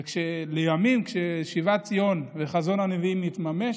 ולימים, בשיבת ציון, כשחזון הנביאים התממש,